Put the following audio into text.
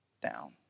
down